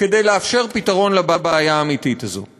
כדי לאפשר פתרון לבעיה האמיתית הזאת.